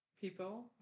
people